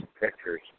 pictures